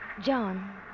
John